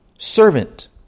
Servant